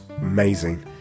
amazing